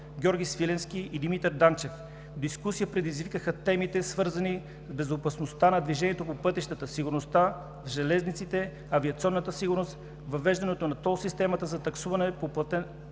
Дискусия предизвикаха темите, свързани с безопасността на движението по пътищата, сигурността в железниците, авиационната сигурност, въвеждането на ТОЛ системата за таксуване по платената